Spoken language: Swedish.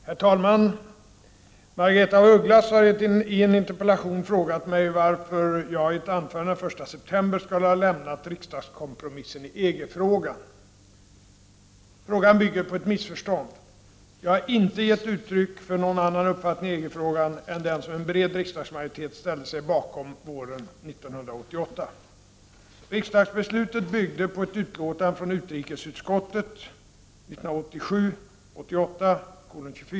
Herr talman! Margaretha af Ugglas har i en interpellation frågat mig varför jag i ett anförande den 1 september skulle ha lämnat riksdagskompromissen i EG-frågan. Frågan bygger på ett missförstånd. Jag har inte gett uttryck för någon annan uppfattning i EG-frågan än den som en bred riksdagsmajoritet ställde sig bakom våren 1988. Riksdagsbeslutet 1988 byggde på ett utlåtande från utrikesutskottet .